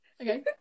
okay